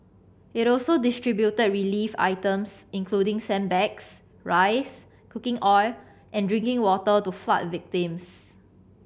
it also distributed relief items including sandbags rice cooking oil and drinking water to flood victims